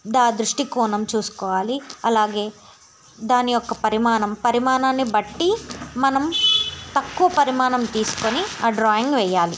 దా దృష్టి కోణం చూసుకోవాలి అలాగే దాని యొక్క పరిమాణం పరిమాణాన్ని బట్టి మనం తక్కువ పరిమాణం తీసుకుని ఆ డ్రాయింగ్ వేయాలి